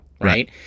right